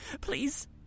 Please